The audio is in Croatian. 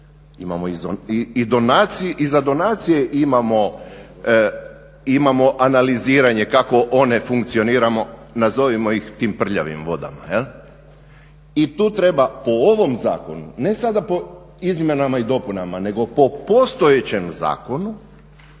i za donacije imamo analiziranje kako one funkcioniramo, nazovimo ih tim prljavim vodama i tu treba po ovom zakonu, ne sada po izmjenama i dopunama nego po postojeće zakonu